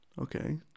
okay